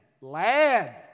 lad